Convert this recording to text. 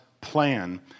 plan